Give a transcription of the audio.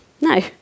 No